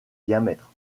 diamètre